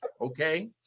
Okay